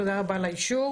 תודה רבה על האישור.